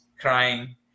crying